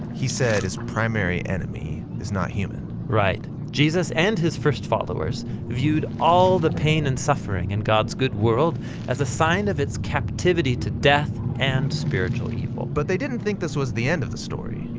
he said his primary enemy is not human. right. jesus and his first followers viewed all the pain and suffering in and god's good world as a sign of its captivity to death and spiritual evil. but they didn't think this was the end of the story.